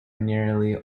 nearly